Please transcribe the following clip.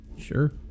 Sure